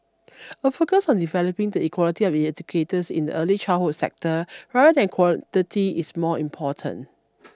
a focus on developing the quality of educators in the early childhood sector rather than quantity is more important